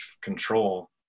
control